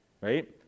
Right